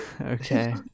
Okay